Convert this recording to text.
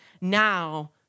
now